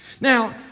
Now